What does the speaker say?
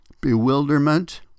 bewilderment